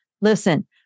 listen